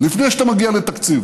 לפני שאתה מגיע לתקציב,